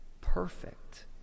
perfect